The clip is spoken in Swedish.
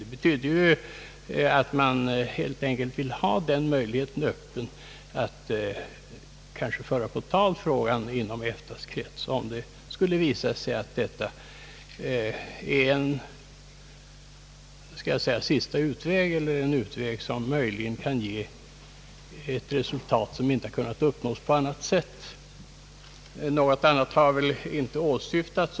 Det betyder ju, att man helt enkelt vill ha möjligheten öppen att föra frågan på tal inom EFTA:s krets, om det skulle visa sig att detta så att säga är en sista utväg, en utväg som möjligen kan ge ett resultat som inte kunnat uppnås på annat sätt. Något annat har inte åsyftats.